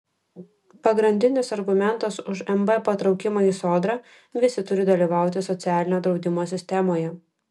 pagrindinis argumentas už mb patraukimą į sodrą visi turi dalyvauti socialinio draudimo sistemoje